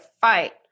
fight